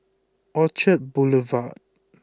Orchard Boulevard